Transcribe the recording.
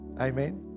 Amen